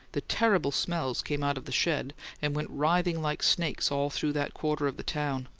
the terrible smells came out of the sheds and went writhing like snakes all through that quarter of the town.